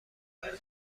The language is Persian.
خیلی